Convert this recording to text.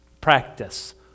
practice